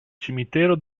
cimitero